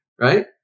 Right